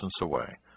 away